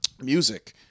music